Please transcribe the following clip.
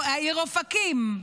או העיר אופקים,